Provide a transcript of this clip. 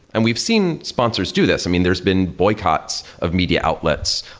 and we've seen sponsors do this. i mean, there's been boycotts of media outlets,